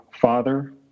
father